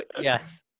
Yes